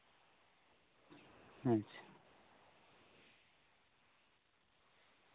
ᱟᱪᱪᱷᱟ